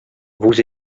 vous